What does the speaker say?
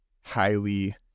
highly